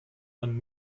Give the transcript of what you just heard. man